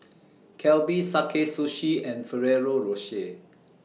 Calbee Sakae Sushi and Ferrero Rocher